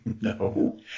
No